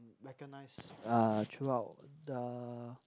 recognized uh throughout the